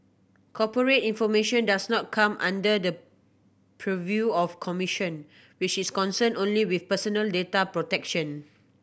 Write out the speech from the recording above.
corporate information does not come under the purview of commission which is concerned only with personal data protection